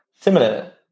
similar